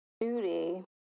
duty